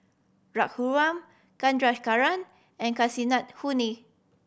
Raghuram Chandrasekaran and Kasinadhuni